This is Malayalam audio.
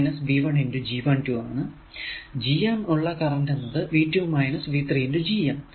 ഈ G m ലൂടെ ഉള്ള കറന്റ് എന്നത് V 2 V 3 G m ആണ്